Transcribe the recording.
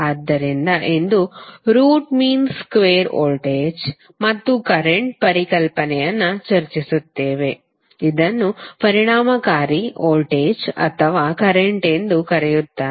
ಆದ್ದರಿಂದ ಇಂದು root mean square voltage ಮತ್ತು ಕರೆಂಟ್ ಪರಿಕಲ್ಪನೆಯನ್ನು ಚರ್ಚಿಸುತ್ತೇವೆ ಇದನ್ನು ಪರಿಣಾಮಕಾರಿ ವೋಲ್ಟೇಜ್ ಅಥವಾ ಕರೆಂಟ್ ಎಂದೂ ಕರೆಯುತ್ತಾರೆ